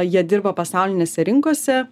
jie dirba pasaulinėse rinkose